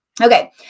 Okay